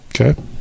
Okay